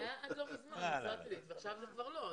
ברכות.